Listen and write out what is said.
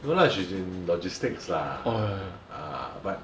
no lah she's in logistics lah ah but